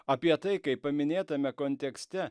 apie tai kaip paminėtame kontekste